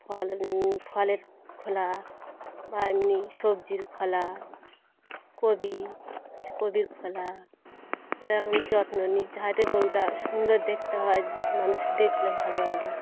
ফল ফলের খোলা বা এমনি সবজির খোলা কবি কবির খোলা এরকম যত্ন নিই যাতে গরুটা সুন্দর দেখতে হয় মানুষ দেখলে ভালো বলে